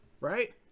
right